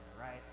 right